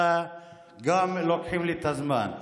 אלא גם לוקחים לי את הזמן.